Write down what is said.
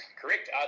Correct